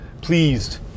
pleased